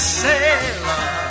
sailor